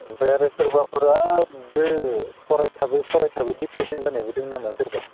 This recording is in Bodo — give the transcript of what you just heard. ओमफ्राय आरो सोरबा बिराद फरायथाबै फरायथाबै डिप्रेसन जानायबो दं नामा सोरबा